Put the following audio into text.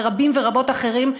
ורבים ורבות אחרים,